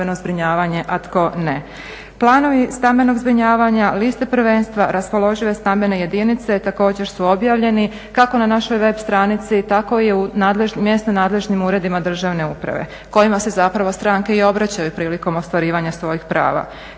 stambenog zbrinjavanja, liste prvenstva, raspoložive stambene jedinice također su objavljeni kako na našoj web stranici tako i u mjesno nadležnim uredima Državne uprave kojima se zapravo stranke i obraćaju prilikom ostvarivanja svojih prava.